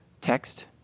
text